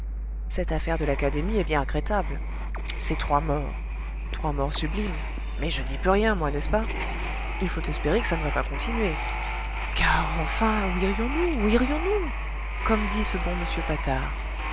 cette affaire de l'académie est bien regrettable ces trois morts trois morts sublimes mais je n'y peux rien moi n'est-ce pas il faut espérer que ça ne va pas continuer car enfin où irions nous où irions nous comme dit ce bon m patard